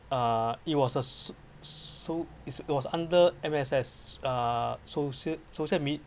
uh it was a s~ so~ it's it was under M_S_S uh social social me~